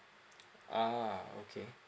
ah okay